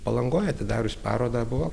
palangoj atidarius parodą buvo